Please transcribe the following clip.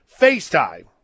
FaceTime